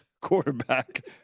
quarterback